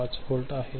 5 volt आहे